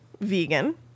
Vegan